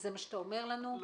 לא.